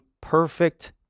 perfect